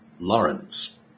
Lawrence